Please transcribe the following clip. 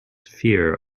fear